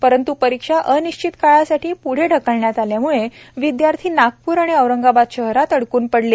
परंतू परीक्षा अनिश्चित काळासाठी प्ढे ढकलण्यात आल्याम्ळे विद्यार्थी नागपूर व औरंगाबाद शहरात अडकून पडले